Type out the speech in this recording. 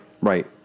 Right